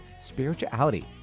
Spirituality